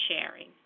sharing